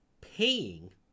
paying